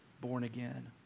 born-again